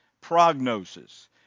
prognosis